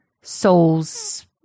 Souls